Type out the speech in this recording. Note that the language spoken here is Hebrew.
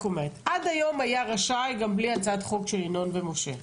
עד היום היה רשאי גם בלי הצעת החוק של ינון ומשה.